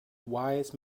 wise